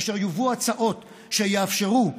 כאשר יובאו הצעות שיאפשרו,